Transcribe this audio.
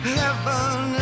heaven